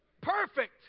Perfect